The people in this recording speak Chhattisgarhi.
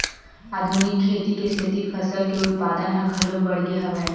आधुनिक खेती के सेती फसल के उत्पादन ह घलोक बाड़गे हवय